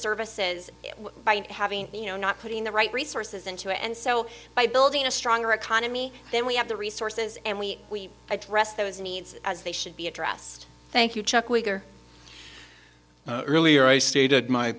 services by having you know not putting the right resources into it and so by building a stronger economy then we have the resources and we address those needs as they should be addressed thank you chuck wigger earlier i stated my